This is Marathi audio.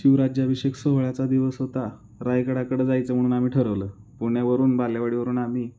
शिवराज्याभिषेक सोहळ्याचा दिवस होता रायगडाकडं जायचं म्हणून आम्ही ठरवलं पुण्यावरून बालेवाडीवरून आम्ही